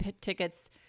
tickets